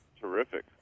terrific